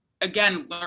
again